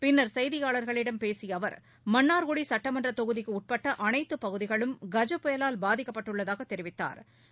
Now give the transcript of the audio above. பின்னா் செய்தியாளர்களிடம் பேசிய அவர் மன்னார்குடி சுட்டமன்ற தொகுதிக்குட்பட்ட அனைத்து பகுதிகுளும் கஜ புயலால் பாதிக்கப்பட்டுள்ளதாக தெரிவித்தாா்